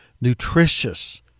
nutritious